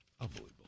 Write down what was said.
unbelievable